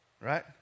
right